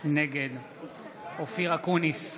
נגד אופיר אקוניס,